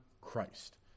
Christ